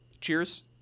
Cheers